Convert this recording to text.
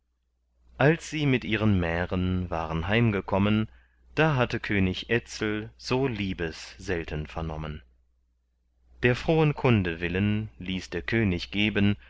als sie mit ihren mären waren heimgekommen da hatte könig etzel so liebes selten vernommen der frohen kunde willen ließ der könig geben